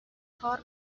کار